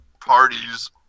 parties